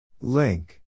Link